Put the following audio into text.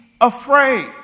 afraid